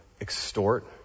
extort